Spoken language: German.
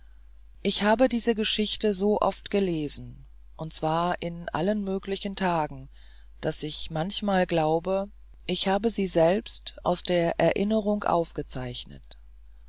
ich habe diese geschichte so oft gelesen und zwar in allen möglichen tagen daß ich manchmal glaube ich habe sie selbst aus der erinnerung aufgezeichnet